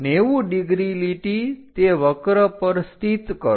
90° લીટી તે વક્ર પર સ્થિત કરો